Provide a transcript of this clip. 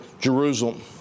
Jerusalem